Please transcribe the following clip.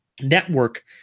network